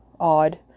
odd